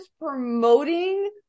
promoting